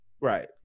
Right